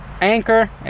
Anchor